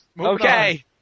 Okay